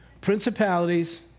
Principalities